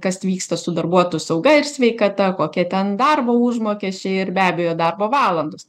kas vyksta su darbuotojų sauga ir sveikata kokie ten darbo užmokesčiai ir be abejo darbo valandos